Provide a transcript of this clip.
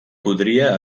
podria